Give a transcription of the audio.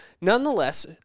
nonetheless